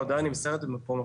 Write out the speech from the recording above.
ההודעה נמסרת במקום אחר,